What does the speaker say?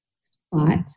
spot